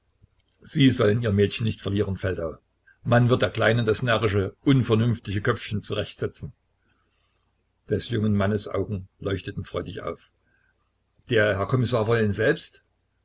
sie sollen ihr mädchen nicht verlieren feldau man wird der kleinen das närrische unvernünftige köpfchen zurechtsetzen des jungen mannes augen leuchteten freudig auf der herr kommissar wollen selbst